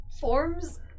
forms